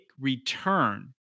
return